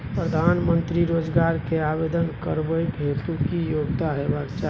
प्रधानमंत्री रोजगार के आवेदन करबैक हेतु की योग्यता होबाक चाही?